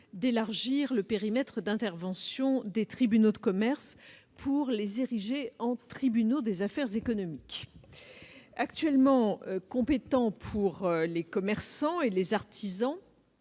d'élargir le périmètre d'intervention des tribunaux de commerce pour les ériger en « tribunaux des affaires économiques ». Actuellement compétents pour les commerçants et les artisans,